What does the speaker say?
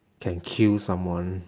can kill someone